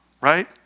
right